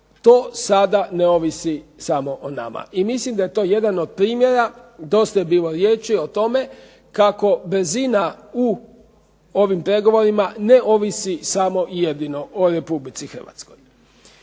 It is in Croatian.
to sada ne ovisi samo o nama, i mislim da je to jedan od primjera, dosta je bilo riječi o tome kako brzina u ovim pregovorima ne ovisi samo i jedino o Republici Hrvatskoj.